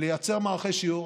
לייצר מערכי שיעור.